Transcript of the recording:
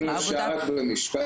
אם אפשר רק במשפט אחד.